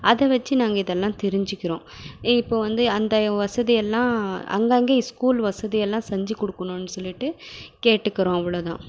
அதை வச்சு நாங்கள் இதெல்லாம் தெரிஞ்சிக்குறோம் இப்போ வந்து அந்த வசதியெல்லாம் அங்கங்கே ஸ்கூல் வசதியெல்லாம் செஞ்சு கொடுக்கணுன்னு சொல்லிவிட்டு கேட்டுக்குறோம் அவ்ளோ தான்